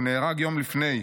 הוא נהרג יום לפני.